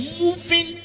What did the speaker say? moving